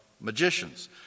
magicians